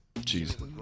jesus